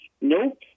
Nope